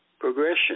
progression